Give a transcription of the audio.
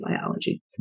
biology